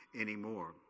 anymore